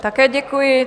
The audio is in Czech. Také děkuji.